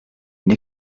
une